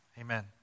Amen